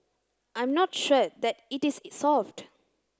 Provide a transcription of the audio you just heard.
I'm not sure that it is solved